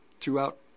throughout